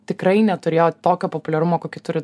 tikrai neturėjo tokio populiarumo kokį turi